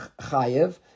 Chayev